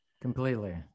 Completely